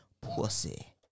pussy